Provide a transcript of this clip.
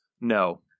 No